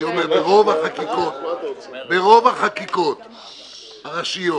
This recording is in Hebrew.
ברוב החקיקות הראשיות